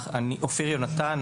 אני אופיר יהונתן,